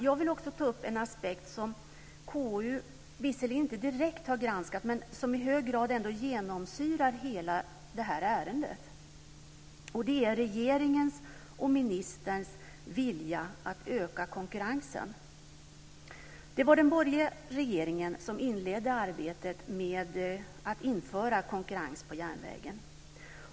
Jag vill också ta upp en aspekt som KU visserligen inte direkt har granskat men som i hög grad ändå genomsyrar hela ärendet. Det gäller regeringens och ministerns vilja att öka konkurrensen. Det var den borgerliga regeringen som inledde arbetet med att införa konkurrens på järnvägen.